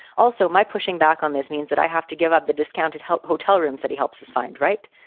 also, my pushing back on this means that i have to give up the discounted help hotel rooms that he helps us find, right?